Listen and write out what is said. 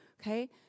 Okay